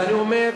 אז אני אומר,